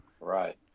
right